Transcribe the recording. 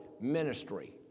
ministry